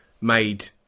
made